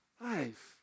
Life